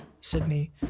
Sydney